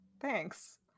thanks